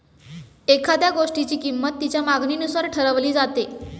एखाद्या गोष्टीची किंमत तिच्या मागणीनुसार ठरवली जाते